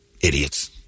Idiots